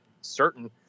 certain